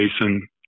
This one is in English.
Jason